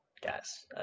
guys